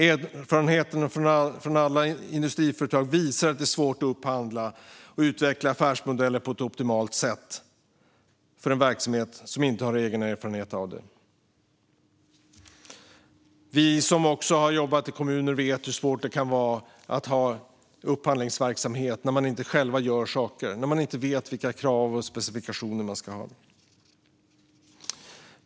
Erfarenheter från i stort sett alla industriföretag visar att det är svårt att upphandla och utveckla affärsmodeller på ett optimalt sätt för en verksamhet som man inte har egen erfarenhet av. Vi som har jobbat i kommuner vet också hur svårt det kan vara att ha upphandlingsverksamhet när man inte själv gör saker och inte vet vilka krav och specifikationer man ska ha.